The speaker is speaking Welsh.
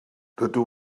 rydw